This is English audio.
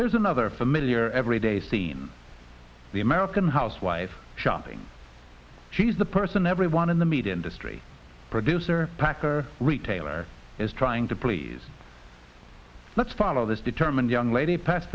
here's another familiar everyday scene the american housewife shopping she's the person everyone in the meat industry producer packer retailer is trying to please let's follow this determined young lady pas